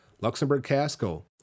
Luxembourg-Casco